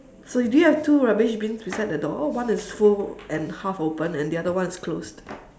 so do you have two rubbish bins beside the door one is full and half open and the other one is closed